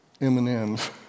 M&M's